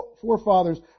forefathers